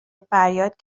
فریاد